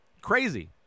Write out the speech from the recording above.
crazy